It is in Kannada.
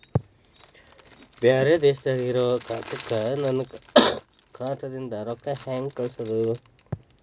ಬ್ಯಾರೆ ದೇಶದಾಗ ಇರೋ ಖಾತಾಕ್ಕ ನನ್ನ ಖಾತಾದಿಂದ ರೊಕ್ಕ ಹೆಂಗ್ ಕಳಸೋದು?